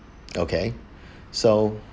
okay so